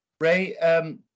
Ray